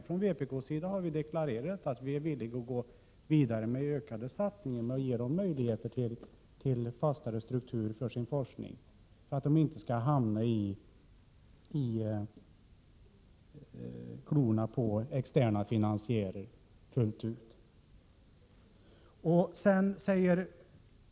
Från vpk:s sida har vi deklarerat att vi är villiga att gå vidare med ökade satsningar och ge dem möjligheter till fastare struktur för sin forskning, så att de inte fullt ut skall hamna i klorna på externa finansiärer.